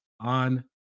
on